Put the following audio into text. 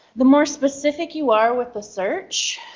the more specific you are with the search,